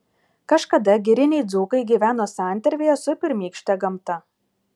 kažkada giriniai dzūkai gyveno santarvėje su pirmykšte gamta